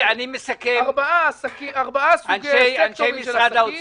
ארבעה סקטורים של עסקים.